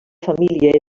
família